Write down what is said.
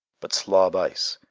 but slob ice,